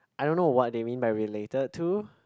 I don't know what they mean by related to